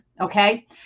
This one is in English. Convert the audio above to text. okay